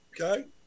Okay